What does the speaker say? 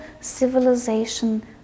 civilization